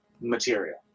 material